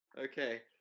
okay